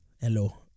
Hello